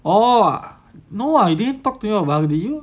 orh no I didn't talk to you about did you